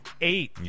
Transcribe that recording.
eight